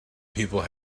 people